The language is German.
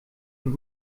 von